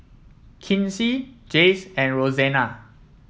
Kinsey Jayce and Rosena